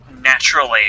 naturally